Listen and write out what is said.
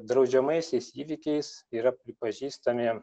draudžiamaisiais įvykiais yra pripažįstami